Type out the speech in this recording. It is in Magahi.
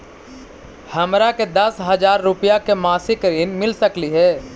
हमरा के दस हजार रुपया के मासिक ऋण मिल सकली हे?